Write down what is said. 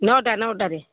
ନଟା ନଟାରେ